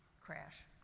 crash,